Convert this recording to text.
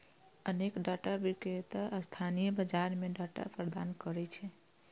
अनेक डाटा विक्रेता स्थानीय बाजार कें डाटा प्रदान करै छै